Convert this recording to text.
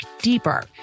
deeper